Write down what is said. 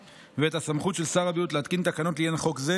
ואת הסמכות של שר הבריאות להתקין תקנות לעניין חוק זה,